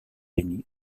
denny